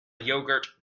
yogurt